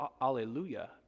hallelujah